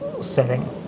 setting